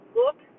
look